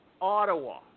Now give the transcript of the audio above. Ottawa